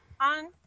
on